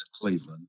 Cleveland